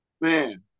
man